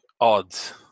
odds